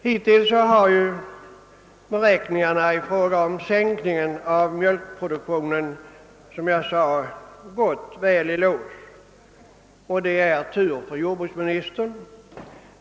Hittills har minskningen av mjölkproduktionen stämt väl med beräkningarna, och det är tur för jordbruksministern.